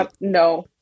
no